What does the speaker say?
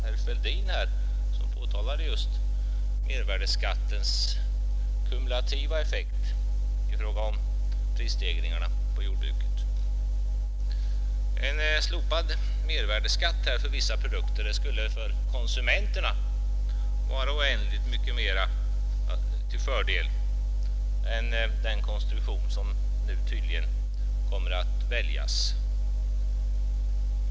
Herr Fälldin påtalade just mervärdeskattens kumulativa effekt i fråga om prisstegringarna på jordbrukets produkter. En slopad mervärdeskatt för vissa produkter skulle för konsumenterna vara till oändligt mycket större fördel än den konstruktion som nu tydligen kommer att väljas.